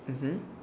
mmhmm